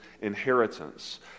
inheritance